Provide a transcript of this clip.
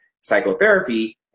psychotherapy